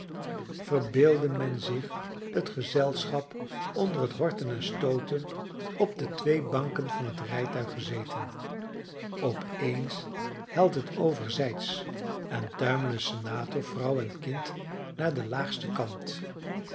verbeelde men zich het gezelschap onder het horten en stooten op de twee banken van het rijtuig gezeten op eens helt het overzijdsch en tuimelen senator vrouw en kind naar den laagsten kant